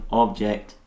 object